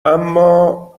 اما